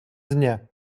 dnie